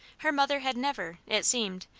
her mother had never, it seemed,